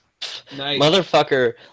Motherfucker